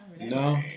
No